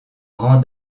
grand